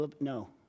No